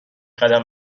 قدم